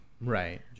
Right